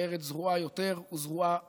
בארץ זרועה יותר וזרועה פחות,